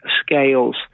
scales